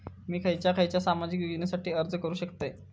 मी खयच्या खयच्या सामाजिक योजनेसाठी अर्ज करू शकतय?